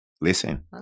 Listen